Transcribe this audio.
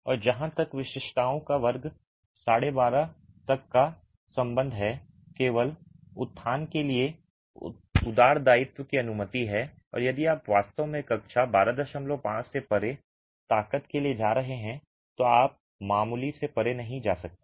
और जहाँ तक विशिष्टताओं का वर्ग 125 तक का संबंध है केवल उत्थान के लिए उदार दायित्व की अनुमति है और यदि आप वास्तव में कक्षा 125 से परे ताकत के लिए जा रहे हैं तो आप मामूली से परे नहीं जा सकते